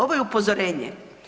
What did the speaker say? Ovo je upozorenje.